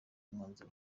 umwanzuro